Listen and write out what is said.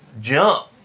jump